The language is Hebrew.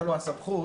להראות